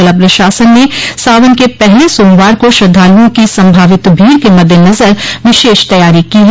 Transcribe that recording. जिला प्रशासन ने सावन के पहले सोमवार को श्रद्धालुओं की संभावित भीड़ के मददेनज़र विशेष तैयारी की है